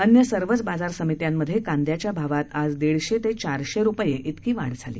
अन्य सर्वच बाजार समित्यांमध्ये कांदयाच्या भावात आज दीडशे ते चारशे रुपये इतकी वाढ झाली